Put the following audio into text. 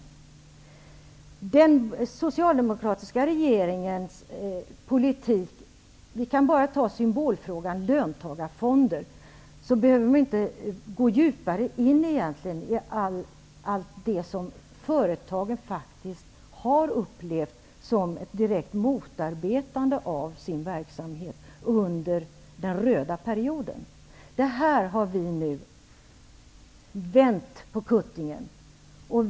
När det gäller socialdemokratiska regeringars politik kan vi bara nämna symbolfrågan löntagarfonder. Vi behöver inte gå djupare in på det som företagen upplevt som ett direkt motarbetande av deras verksamhet under den röda perioden. Här har vi nu vänt på kuttingen.